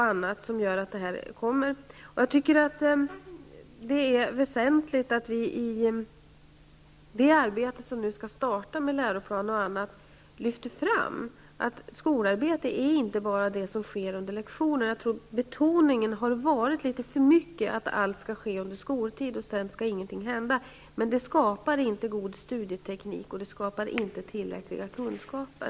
Jag anser att det är väsentligt att vi i det arbete som nu skall starta med läroplaner och annat lyfter fram att skolarbete inte består av enbart det som sker under lektionerna. Jag tror att det litet för mycket har betonats att allt skall ske under skoltid och att ingenting sedan skall hända. Men det skapar inte god studieteknik, och det skapar inte tillräckliga kunskaper.